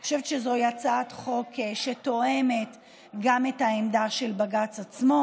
אני חושבת שזו הצעת חוק שתואמת גם את העמדה של בג"ץ עצמו,